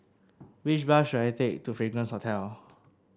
which bus should I take to Fragrance Hotel